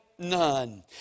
None